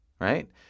right